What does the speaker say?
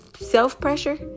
self-pressure